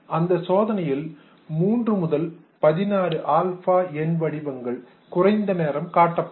அந்தச் சோதனையில் 3 முதல் 16 ஆல்பா எண் வடிவங்கள் குறைந்த நேரம் காட்டப்பட்டன